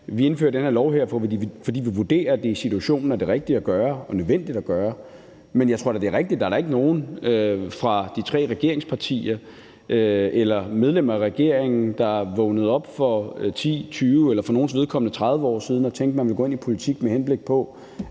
Vi indfører den her lov, fordi vi vurderer, at det i situationen er det rigtige at gøre, og at det er nødvendigt at gøre det. Men jeg tror da, det er rigtigt, at der ikke er nogen fra de tre regeringspartier eller medlemmer af regeringen, der er vågnet op for 10 år, 20 år eller nogens vedkommende 30 år siden og tænkt, at man ville gå ind i politik med henblik på